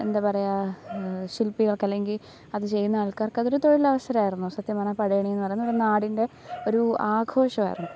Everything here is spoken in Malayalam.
എന്താ പറയുക ശിൽപ്പികൾക്ക് അല്ലെങ്കിൽ അത് ചെയ്യുന്ന ആൾക്കാർക്ക് അതൊരു തൊഴിലവസരമായിരുന്നു സത്യം പറഞ്ഞാൽ പടയണീന്ന് പറയുന്നത് ഒരു നാടിൻ്റെ ഒരു ആഘോഷമായിരുന്നു